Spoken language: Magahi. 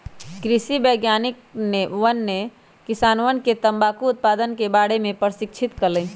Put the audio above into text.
कृषि वैज्ञानिकवन ने किसानवन के तंबाकू उत्पादन के बारे में प्रशिक्षित कइल